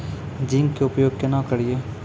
Zinc के उपयोग केना करये?